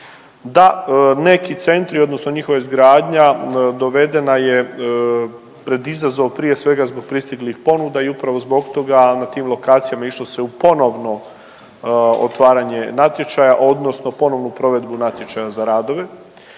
da neki centri odnosno njihova izgradnja dovedena je pred izazov prije svega zbog pristiglih ponuda i upravo zbog toga na tim lokacijama išlo se u ponovno otvaranje natječaja odnosno ponovnu provedbu natječaja za radove.